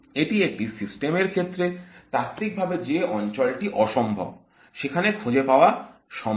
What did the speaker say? এটি একটি সিস্টেম এর ক্ষেত্রে তাত্ত্বিকভাবে যে অঞ্চলটি অসম্ভব সেখানে খুঁজে পাওয়া সম্ভব